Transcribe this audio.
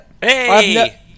Hey